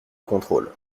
contrôle